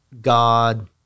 God